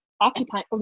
occupying